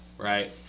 Right